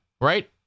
Right